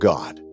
God